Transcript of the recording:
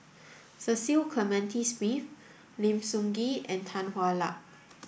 Cecil Clementi Smith Lim Sun Gee and Tan Hwa Luck